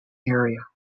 area